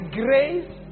grace